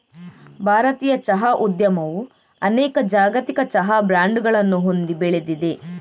ಭಾರತೀಯ ಚಹಾ ಉದ್ಯಮವು ಅನೇಕ ಜಾಗತಿಕ ಚಹಾ ಬ್ರಾಂಡುಗಳನ್ನು ಹೊಂದಿ ಬೆಳೆದಿದೆ